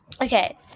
okay